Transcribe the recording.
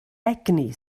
egni